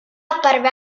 apparve